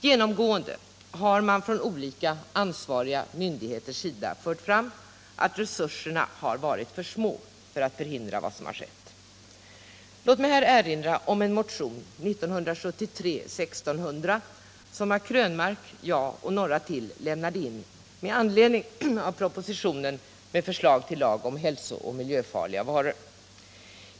Genomgående har man från olika ansvariga myndigheters sida anfört Nr 7 att resurserna varit för små för att förhindra vad som skett. Torsdagen den Låt mig här erinra om en motion, 1973:1600, som herr Krönmark, 13 oktober 1977 jag och några till lämnade in med anledning av propositionen med förslag I till lag om hälsooch miljöfarliga varor.